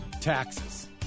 taxes